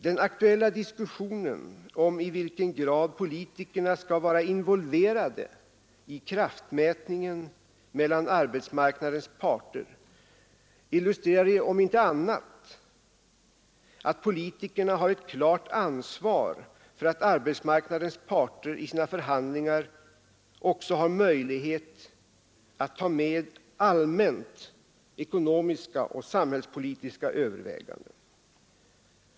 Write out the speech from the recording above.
Den aktuella diskussionen om i vilken grad politikerna skall vara involverade i kraftmätningen mellan arbetsmarknadens parter illustrerar, om inte annat, att politikerna har ett klart ansvar för att arbetsmarknadens parter vid sina förhandlingar också har möjlighet att ta med allmänt ekonomiska och samhällspolitiska överväganden.